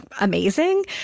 Amazing